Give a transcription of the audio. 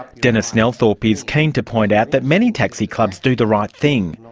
denis nelthorpe is keen to point out that many taxi clubs do the right thing.